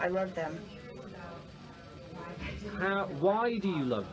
i love them now why do you love